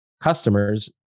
customers